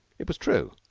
it was true,